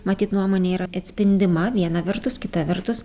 matyt nuomonė yra atspindima viena vertus kita vertus